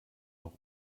noch